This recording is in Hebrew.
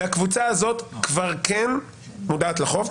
הקבוצה הזאת כבר כן מודעת לחוב,